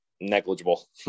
negligible